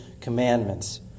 commandments